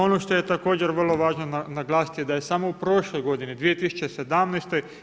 Ono što je također vrlo važno naglasiti da je samo u prošloj godini 2017.